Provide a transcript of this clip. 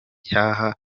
cyaha